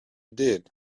did